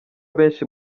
benshi